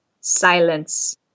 silence